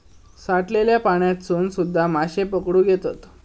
साठलल्या पाण्यातसून सुध्दा माशे पकडुक येतत